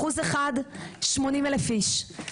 1% זה 80 אלף איש,